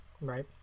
Right